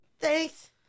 Thanks